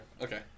Okay